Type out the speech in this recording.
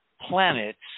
planets